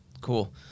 Cool